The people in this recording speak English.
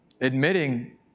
Admitting